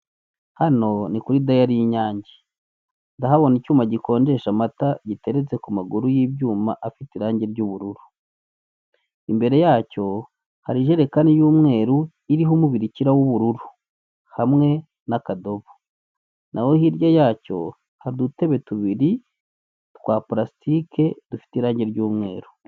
Hano ni kuri dayali y'inyange, ndahabona icyuma gikonjesha amata giteretse ku maguru yibyuma afite irangi ry'ubururu. Imbere yacyo hari ijerekani y'umweru iriho umubirikira w'ubururu hamwe n'akadobo, naho hirya yacyo hari udutebe tubiri twa palasitike dufite irangi ry'umweru.